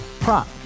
Prop